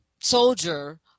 soldier